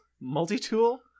Multi-tool